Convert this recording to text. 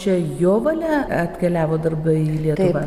čia jo valia atkeliavo darbai į lietuvą